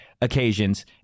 occasions